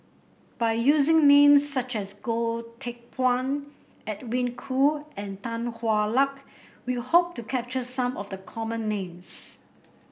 by using names such as Goh Teck Phuan Edwin Koo and Tan Hwa Luck we hope to capture some of the common names